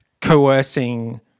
coercing